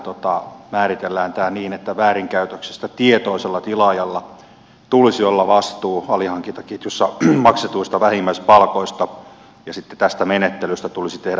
siellähän määritellään tämä niin että väärinkäytöksestä tietoisella tilaajalla tulisi olla vastuu alihankintaketjussa maksetuista vähimmäispalkoista ja sitten tästä menettelystä tulisi tehdä moitittavaa